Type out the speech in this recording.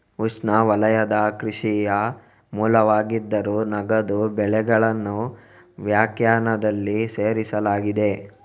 ಉಷ್ಣವಲಯದ ಕೃಷಿಯ ಮೂಲವಾಗಿದ್ದರೂ, ನಗದು ಬೆಳೆಗಳನ್ನು ವ್ಯಾಖ್ಯಾನದಲ್ಲಿ ಸೇರಿಸಲಾಗಿದೆ